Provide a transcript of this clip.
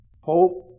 hope